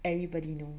everybody know